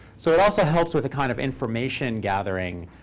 so it also helps with the kind of information gathering